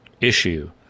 issue